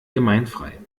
gemeinfrei